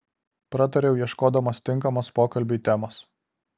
pratariau ieškodamas tinkamos pokalbiui temos